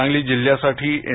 सांगली जिल्ह्यासाठी एन